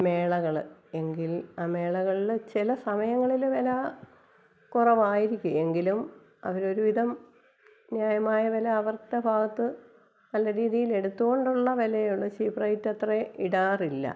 മേളകള് എങ്കിൽ ആ മേളകളില് ചില സമയങ്ങളില് വില കുറവായിരിക്കും എങ്കിലും അവരോരുവിധം ന്യായമായ വില അവരുടെ ഭാഗത്തു നല്ല രീതിയിൽ എടുത്ത് കൊണ്ടുള്ള വിലയാണ് ചീപ് റേറ്റ് അത്രയും ഇടാറില്ല